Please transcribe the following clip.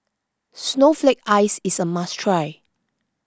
Snowflake Ice is a must try